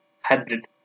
hybrid